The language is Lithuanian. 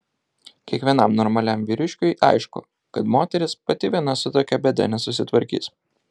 kiekvienam normaliam vyriškiui aišku kad moteris pati viena su tokia bėda nesusitvarkys